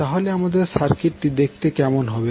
তাহলে আমাদের সার্কিট কেমন দেখতে হবে